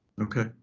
okay